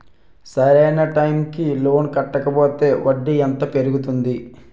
సరి అయినా టైం కి లోన్ కట్టకపోతే వడ్డీ ఎంత పెరుగుతుంది?